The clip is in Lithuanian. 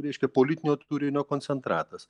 reiškia politinio turinio koncentratas